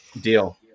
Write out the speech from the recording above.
Deal